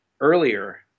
earlier